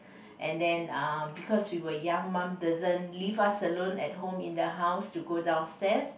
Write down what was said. and then uh because we were young mum doesn't leave us alone at home in the house to go downstairs